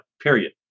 period